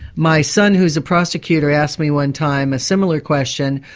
my son, who's a prosecutor, asked me one time a similar question.